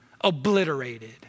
obliterated